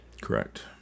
Correct